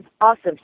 awesome